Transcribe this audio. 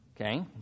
Okay